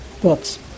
books